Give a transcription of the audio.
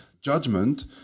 judgment